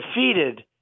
defeated